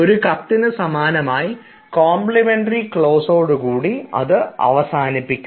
ഒരു കത്തിന് സമാനമായി കോംപ്ലിമെൻററി ക്ലോസോടുകൂടി അവസാനിപ്പിക്കുക